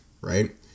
right